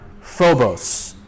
phobos